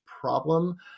problem